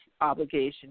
obligation